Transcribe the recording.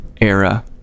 era